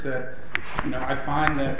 that i find that